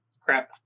Crap